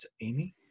Amy